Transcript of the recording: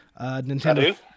Nintendo